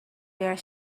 their